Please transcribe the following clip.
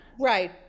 Right